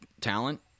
talent